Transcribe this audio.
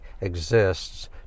exists